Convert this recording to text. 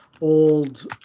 old